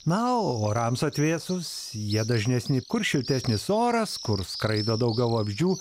na o orams atvėsus jie dažnesni kur šiltesnis oras kur skraido daugiau vabzdžių